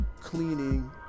cleaning